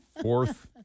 Fourth